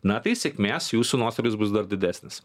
na tai sėkmės jūsų nuostolis bus dar didesnis